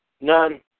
None